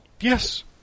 Yes